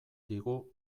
digu